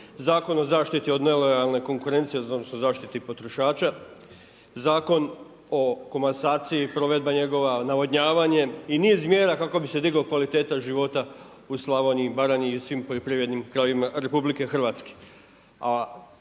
Zakon o zaštiti od nelojalne konkurencije, odnosno zaštiti potrošača, Zakon o komasaciji, provedba njegova, navodnjavanje i niz mjera kako bi se digla kvaliteta života u Slavoniji i Baranji i svim poljoprivrednim krajevima RH.